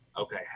okay